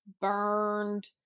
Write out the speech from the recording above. burned